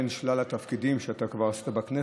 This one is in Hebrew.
בין שלל התפקידים שאתה כבר עשית בכנסת,